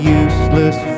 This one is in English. useless